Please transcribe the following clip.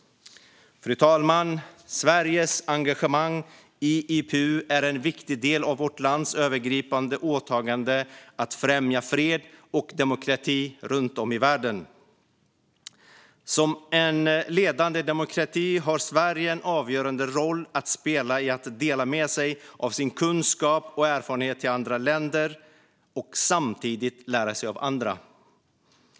Fru talman! Sveriges engagemang i IPU är en viktig del av vårt lands övergripande åtagande att främja fred och demokrati runt om i världen. Som en ledande demokrati har Sverige en avgörande roll att spela i att dela med sig av sin kunskap och erfarenhet till andra länder och samtidigt lära sig av andra.